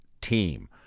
team